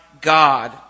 God